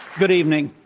good evening.